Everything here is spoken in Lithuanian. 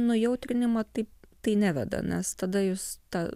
nujautrinimo taip tai neveda nes tada jūs tą